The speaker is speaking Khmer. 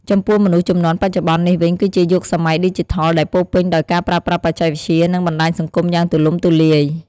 ចំពោះមនុស្សជំនាន់បច្ចុប្បន្ននេះវិញ គឺជាយុគសម័យឌីជីថលដែលពោរពេញដោយការប្រើប្រាស់បច្ចេកវិទ្យា និងបណ្ដាញសង្គមយ៉ាងទូលំទូលាយ។